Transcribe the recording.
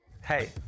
hey